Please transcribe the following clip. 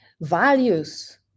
values